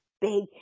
big